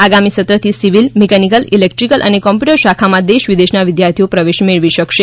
આગામી સત્રથી civil mechanical electrical અને કોમ્યુટર શાખામાં દેશ વિદેશના વિદ્યાર્થીઓ પ્રવેશ મેળવી શકશે